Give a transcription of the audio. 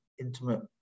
intimate